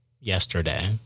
yesterday